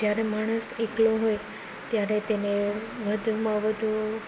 જ્યારે માણસ એકલો હોય ત્યારે તેને વધુમાં વધુ